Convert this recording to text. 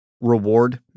reward